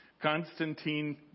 Constantine